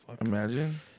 Imagine